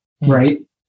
right